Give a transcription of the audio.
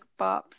bops